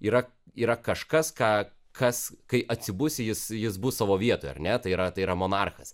yra yra kažkas ką kas kai atsibus jis jis bus savo vietoj ar ne tai yra tai yra monarchas